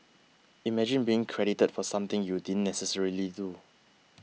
imagine being credited for something you didn't necessarily do